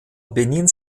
benin